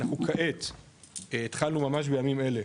אנחנו כעת התחלנו ממש בימים אלה,